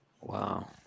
Wow